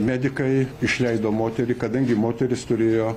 medikai išleido moterį kadangi moteris turėjo